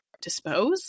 dispose